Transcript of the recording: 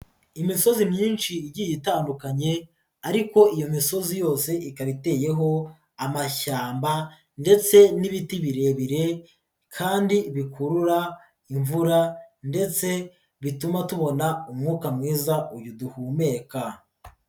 Imisozi myinshi igiye itandukanye ariko iyo misozi yose ikaba iteyeho amashyamba ndetse n'ibiti birebire kandi bikurura imvura ndetse bituma tubona umwuka mwiza uyu duhumeka.